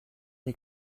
des